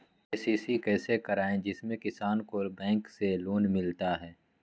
KCC कैसे कराये जिसमे किसान को बैंक से लोन मिलता है?